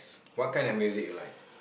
what kind of music you like